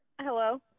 Hello